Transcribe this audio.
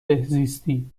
بهزیستی